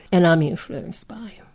and i'm influenced by.